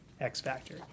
X-Factor